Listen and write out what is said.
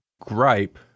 gripe